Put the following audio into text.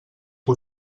que